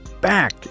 back